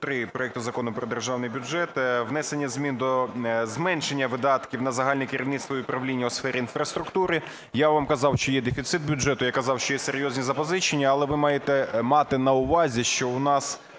3 проекту Закону про Державний бюджет, внесення змін до зменшення видатків на загальне керівництво і управління у сфері інфраструктури. Я вам казав, що є дефіцит бюджету, я казав, що є серйозні запозичення, але ви маєте мати на увазі, що у нас